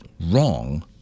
wrong